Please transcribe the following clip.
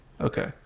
Okay